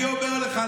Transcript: אני אומר לך,